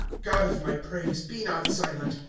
god of my praise, be not silent!